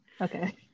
Okay